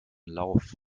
lauf